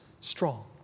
strong